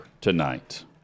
tonight